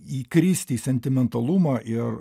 įkristi į sentimentalumą ir